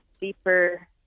deeper